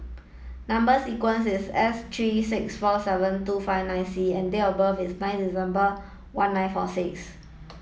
number sequence is S three six four seven two five nine C and date of birth is nine December one nine four six